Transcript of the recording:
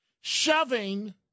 shoving